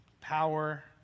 power